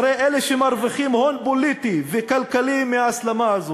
אחרי אלה שמרווחים הון פוליטי וכלכלי מההסלמה הזאת,